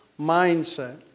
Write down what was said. mindset